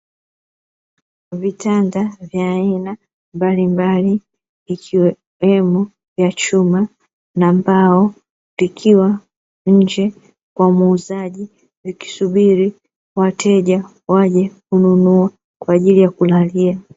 Vitanda vya aina mbalimbali, vikiwemo vya chuma na mbao, vikiwa nje kwa muuzaji vikisubiri wateja waje kununua kwa ajili ya kulalia.